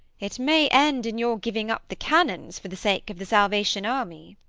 it may end in your giving up the cannons for the sake of the salvation army.